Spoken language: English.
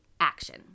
action